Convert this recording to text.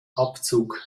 abzug